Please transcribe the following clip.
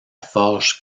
forge